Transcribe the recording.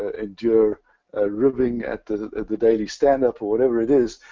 ah endure ribbing at the at the daily standup or whatever it is.